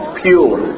pure